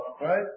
right